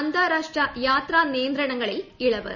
അന്താരാഷ്ട്ര യാത്രാനിയന്ത്രണങ്ങളിൽ ഇളവ്